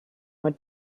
would